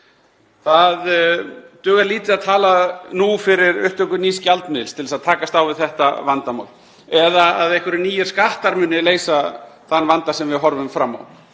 Það dugar lítið að tala nú fyrir upptöku nýs gjaldmiðils til að takast á við þetta vandamál eða að einhverjir nýir skattar muni leysa þann vanda sem við horfum fram á.